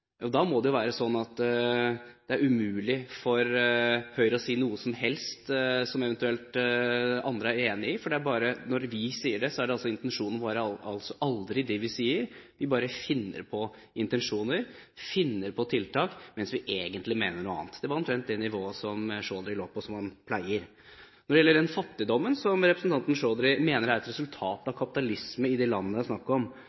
Det må jo da være sånn at det er umulig for Høyre å si noe som helst som eventuelt andre er enig i, for når vi sier det, er altså intensjonen vår aldri det vi sier. Vi bare finner på intensjoner, finner på tiltak, mens vi egentlig mener noe annet. Det var omtrent det nivået Chaudhrys innlegg lå på, slik det pleier. Når det gjelder den fattigdommen representanten Chaudhry mener er et resultat av kapitalismen i de landene det er snakk om,